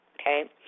Okay